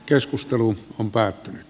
keskustelu on pääät